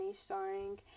starring